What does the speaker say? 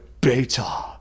Beta